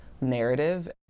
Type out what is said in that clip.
narrative